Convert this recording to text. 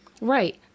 right